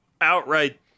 outright